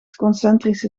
concentrische